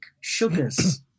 sugars